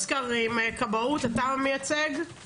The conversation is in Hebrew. היו"ר מירב בן ארי (יו"ר ועדת ביטחון